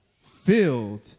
filled